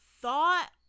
thought